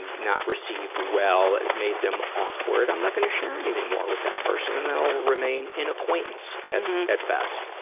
and not received well. it made them awkward. i'm not gonna share anything more with that person, and then i'll remain an acquaintance at best.